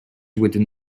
within